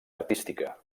artística